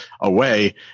away